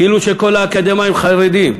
כאילו שכל האקדמאים חרדים.